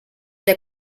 der